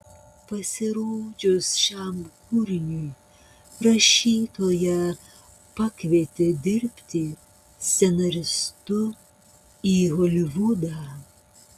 pasirodžius šiam kūriniui rašytoją pakvietė dirbti scenaristu į holivudą